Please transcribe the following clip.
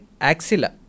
axilla